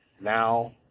now